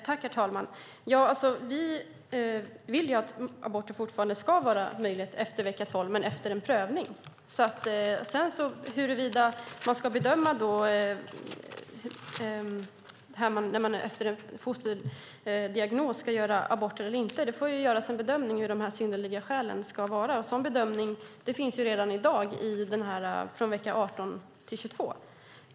Herr talman! Vi vill ju att aborter fortfarande ska vara möjliga efter vecka 12, men efter en prövning. Huruvida man efter en fosterdiagnos ska bestämma om man ska göra abort eller inte får ske efter en bedömning utifrån hur de här synnerliga skälen ska vara. En sådan bedömning sker redan i dag mellan vecka 18 och vecka 22.